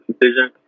decision